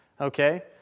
Okay